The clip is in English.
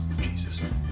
Jesus